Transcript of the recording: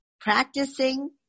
Practicing